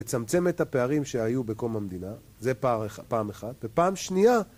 לצמצם את הפערים שהיו בקום המדינה, זה פעם אחת, ופעם שנייה...